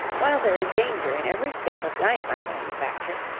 while there is danger in every step of dynamite manufacture,